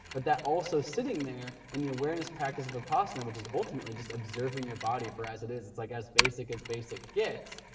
but that also sitting there and the awareness practice of vipassana which is ultimately just observing your body for as it is, it's like as basic as basic gets,